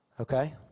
Okay